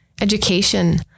education